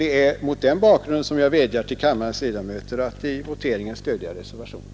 Det är mot den bakgrunden som jag vädjar till kammarens ledamöter att vid voteringen stödja reservationen.